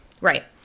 right